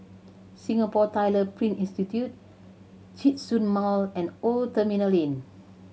Singapore Tyler Print Institute Djitsun Mall and Old Terminal Lane